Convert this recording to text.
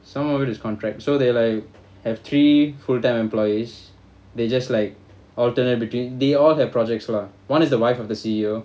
some of it is contract so they like have three full time employees they just like alternate between they all have projects lah one is the wife of the C_E_O